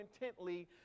intently